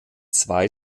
zwei